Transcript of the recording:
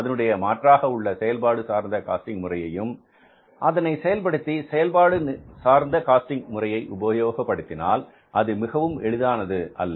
அதனுடைய மாற்றாக உள்ள செயல்பாடு சார்ந்த காஸ்டிங் முறையையும் அதனை செயல்படுத்தி செயல்பாடு சார்ந்த காஸ்டிங் முறையை உபயோகப்படுத்தினால் அது மிகவும் எளிதானது அல்ல